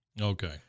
Okay